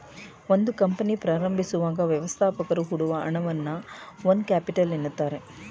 ಒಂದು ಕಂಪನಿ ಪ್ರಾರಂಭಿಸುವಾಗ ವ್ಯವಸ್ಥಾಪಕರು ಹೊಡುವ ಹಣವನ್ನ ಓನ್ ಕ್ಯಾಪಿಟಲ್ ಎನ್ನುತ್ತಾರೆ